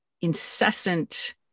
incessant